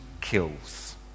kills